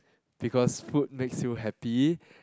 because food makes you happy